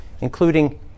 including